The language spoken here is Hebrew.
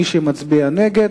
מי שמצביע נגד,